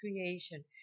creation